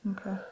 Okay